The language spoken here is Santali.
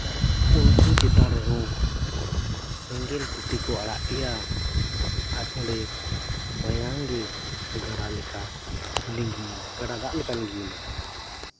ᱩᱱᱠᱩ ᱪᱮᱛᱟᱱ ᱨᱮᱦᱚᱸ ᱥᱮᱸᱜᱮᱞ ᱴᱩᱴᱤ ᱠᱚ ᱟᱲᱟᱜ ᱠᱮᱫᱼᱟ ᱟᱨ ᱚᱸᱰᱮ ᱢᱟᱭᱟᱝ ᱜᱮ ᱜᱟᱰᱟ ᱞᱮᱠᱟ ᱞᱤᱸᱜᱤᱭᱮᱱᱟ ᱜᱟᱰᱟ ᱫᱟᱜ ᱞᱮᱠᱟ ᱞᱤᱸᱜᱤᱭᱮᱱᱟ